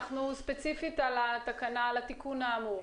ספציפית על התיקון האמור?